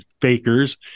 fakers